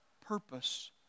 purpose